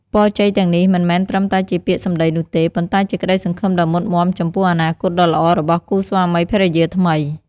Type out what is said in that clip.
ពរជ័យទាំងនេះមិនមែនត្រឹមតែជាពាក្យសំដីនោះទេ ប៉ុន្តែជាក្ដីសង្ឃឹមដ៏មុតមាំចំពោះអនាគតដ៏ល្អរបស់គូស្វាមីភរិយាថ្មី។